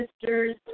sisters